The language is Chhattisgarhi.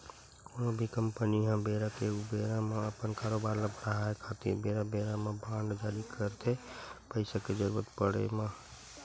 कोनो भी कंपनी ह बेरा के ऊबेरा म अपन कारोबार ल बड़हाय खातिर बेरा बेरा म बांड जारी करथे पइसा के जरुरत पड़े म